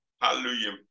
hallelujah